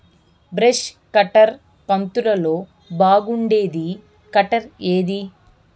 Brush cutter కంతులలో బాగుండేది cutter ఏది?